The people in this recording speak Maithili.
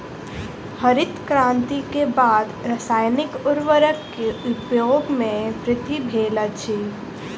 हरित क्रांति के बाद रासायनिक उर्वरक के उपयोग में वृद्धि भेल अछि